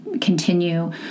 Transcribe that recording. continue